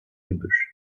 gebüsch